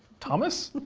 thomas?